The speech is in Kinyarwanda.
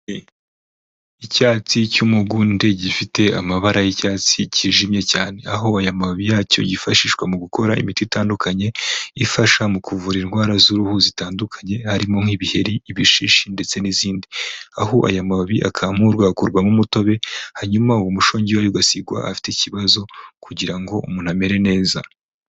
Icyatsi cy'umugunde gifite amabara y'icyatsi kijimye cyane. Aho aya mababi yacyo yifashishwa mu gukora imiti itandukanye, ifasha mu kuvura indwara z'uruhu zitandukanye, harimo nk'ibiheri, ibishishi ndetse n'izindi. Aho aya mababi akamurwa agakurwamo umutobe, hanyuma uwo mushongi ugasigwa ahafite ikibazo kugira ngo umuntu amere neza.